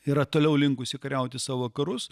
yra toliau linkusi kariauti savo karus